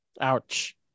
Ouch